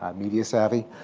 ah media savvy,